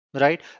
right